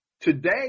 Today